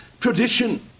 tradition